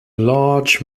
large